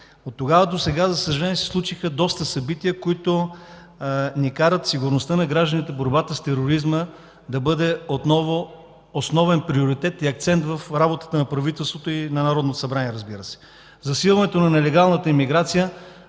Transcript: Оттогава досега, за съжаление, се случиха доста събития, които налагат сигурността на гражданите, борбата с тероризма да бъдат основен приоритет и акцент в работата на правителството и на Народното събрание. Засилването на нелегалната имиграция